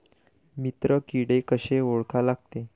मित्र किडे कशे ओळखा लागते?